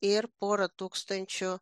ir pora tūkstančių